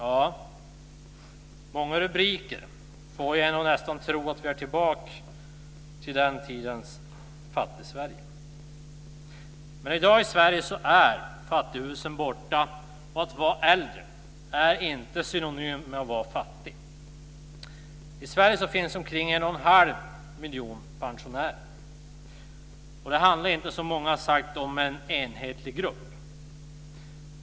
Ja, många rubriker får en nästan att tro att vi är tillbaka i den tidens Fattigsverige. Men i dag i Sverige är fattighusen borta. Att vara äldre är inte synonymt med att vara fattig. I Sverige finns omkring en och en halv miljon pensionärer. Och det handlar inte, som många har sagt, om en enhetlig grupp.